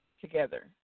together